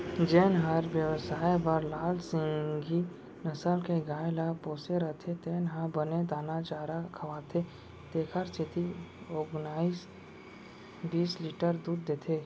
जेन हर बेवसाय बर लाल सिंघी नसल के गाय ल पोसे रथे तेन ह बने दाना चारा खवाथे तेकर सेती ओन्नाइस बीस लीटर दूद देथे